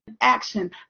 action